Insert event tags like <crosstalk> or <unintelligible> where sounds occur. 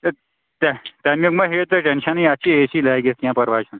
<unintelligible> تَمیُک ما ہیٚیِو تُہۍ ٹٮ۪نشَنٕے اَتھ چھِ اے سی لٲگِتھ کینٛہہ پرواے چھُنہٕ